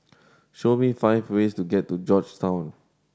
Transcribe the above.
show me five ways to get to Georgetown